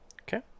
Okay